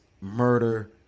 murder